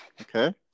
Okay